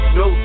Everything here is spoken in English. no